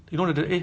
okay